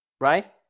right